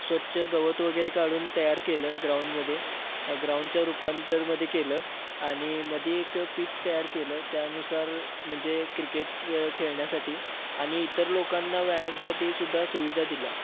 स्वच्छ गवत वगैरे काढून तयार केलं ग्राऊंडमध्ये ग्राउंडच्या रूपांतरमध्ये केलं आणि मध्ये एक पिच तयार केलं त्यानुसार म्हणजे क्रिकेट खेळण्यासाठी आणि इतर लोकांना व्यायामासाठी सुद्धा सुविधा दिल्या